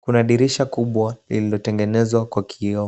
kuna dirisha kubwa lililotengenezwa kwa kioo.